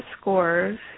scores